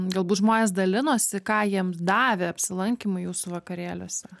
galbūt žmonės dalinosi ką jiems davė apsilankymai jūsų vakarėliuose